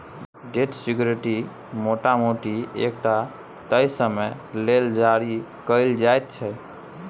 date security मोटा मोटी एकटा तय समय लेल जारी कएल जाइत छै